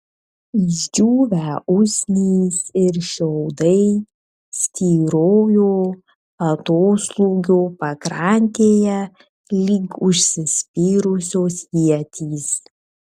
išdžiūvę usnys ir šiaudai styrojo atoslūgio pakrantėje lyg užsispyrusios ietys